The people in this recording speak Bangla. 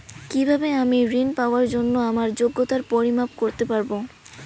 কিভাবে আমি ঋন পাওয়ার জন্য আমার যোগ্যতার পরিমাপ করতে পারব?